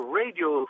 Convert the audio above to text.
radio